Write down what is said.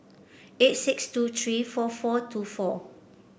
eight six two three four four two four